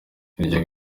iryo